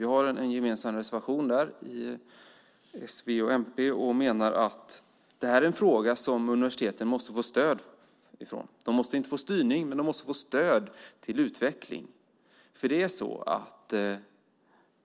Vi, s, v och mp, har en gemensam reservation om det och menar att det är en fråga som universiteten måste få stöd för. De måste inte få styrning, men de måste få stöd till utveckling.